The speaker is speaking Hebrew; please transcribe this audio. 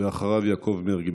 אחריו, יעקב מרגי.